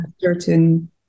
certain